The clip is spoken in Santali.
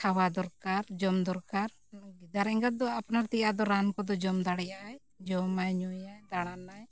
ᱠᱷᱟᱣᱟ ᱫᱚᱨᱠᱟᱨ ᱡᱚᱢ ᱫᱚᱨᱠᱟᱨ ᱜᱤᱫᱟᱹᱨ ᱮᱸᱜᱟᱛ ᱫᱚ ᱟᱯᱱᱟᱨ ᱛᱮᱭᱟᱜ ᱫᱚ ᱨᱟᱱ ᱠᱚᱫᱚ ᱡᱚᱢ ᱫᱟᱲᱮᱭᱟᱜ ᱟᱭ ᱡᱚᱢᱟᱭ ᱧᱩᱭᱟᱭ ᱫᱟᱬᱟᱱ ᱟᱭ